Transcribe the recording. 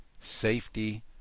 safety